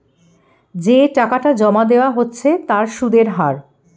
যে টাকাটা জমা দেওয়া হচ্ছে তার সুদের হার